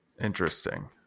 Interesting